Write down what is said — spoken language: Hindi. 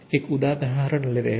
एक उदाहरण लेते हैं